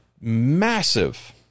massive